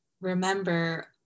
remember